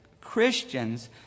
Christians